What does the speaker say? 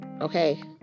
Okay